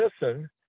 listen